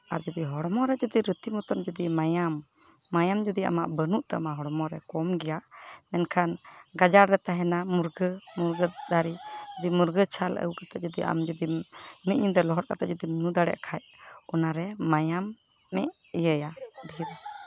ᱟᱨ ᱡᱩᱫᱤ ᱦᱚᱲᱢᱚ ᱨᱮ ᱡᱩᱫᱤ ᱨᱤᱛᱤ ᱢᱚᱛᱚᱱ ᱢᱟᱭᱟᱢ ᱢᱟᱭᱟᱢ ᱡᱩᱫᱤ ᱟᱢᱟᱜ ᱵᱟᱹᱱᱩᱜ ᱛᱟᱢᱟ ᱦᱚᱲᱢᱚ ᱨᱮ ᱠᱚᱢ ᱜᱮᱭᱟ ᱢᱮᱱᱠᱷᱟᱱ ᱜᱟᱡᱟᱲ ᱨᱮ ᱛᱟᱦᱮᱱᱟ ᱢᱩᱨᱜᱟᱹ ᱢᱩᱨᱜᱟᱹ ᱫᱟᱨᱮ ᱢᱩᱨᱜᱟᱹ ᱪᱷᱟᱞ ᱟᱹᱜᱩ ᱠᱟᱛᱮᱫ ᱡᱩᱫᱤ ᱟᱢ ᱡᱩᱫᱤᱢ ᱢᱤᱫ ᱧᱤᱫᱟᱹ ᱞᱚᱦᱚᱫ ᱠᱟᱛᱮᱫ ᱡᱩᱫᱤᱢ ᱧᱩ ᱫᱟᱲᱮᱭᱟᱜ ᱠᱷᱟᱡ ᱚᱱᱟ ᱚᱱᱟ ᱨᱮ ᱢᱟᱭᱟᱢᱮ ᱤᱭᱟᱹᱭᱟ ᱰᱷᱤᱨ